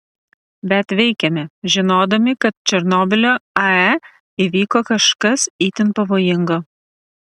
bet veikėme žinodami kad černobylio ae įvyko kažkas itin pavojingo